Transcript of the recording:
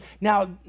Now